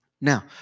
Now